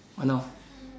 I know